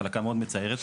מחלקה מאוד מצערת.